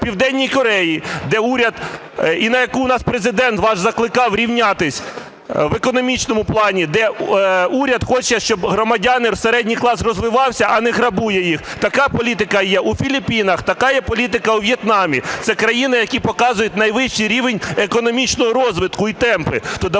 Південній Кореї, на яку нас Президент ваш закликав рівнятись в економічному плані, де уряд хоче, щоб громадяни, середній клас розвивався, а не грабує їх. Така політика є у Філіппінах, така є політика у В'єтнамі. Це країни, які показують найвищий рівень економічного розвитку і темпи. То